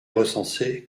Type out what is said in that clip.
recensé